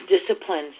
disciplines